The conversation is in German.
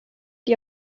dir